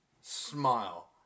smile